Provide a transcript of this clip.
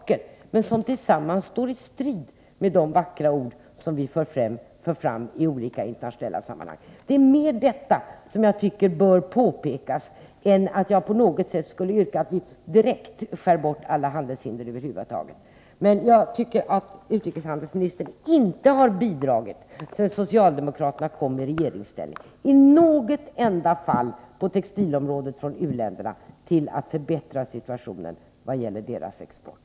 Det är små saker, men de står i strid med de vackra ord som vi för fram i olika internationella sammanhang. Det är detta jag anser bör påpekas, men jag yrkar inte på något sätt på att vi direkt skär bort alla handelshinder över huvud taget. Jag tycker att utrikeshandelsministern sedan socialdemokraterna kom i regeringsställning inte i något enda fall på textilområdet har bidragit till att förbättra situationen när det gäller u-ländernas export.